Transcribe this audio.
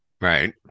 right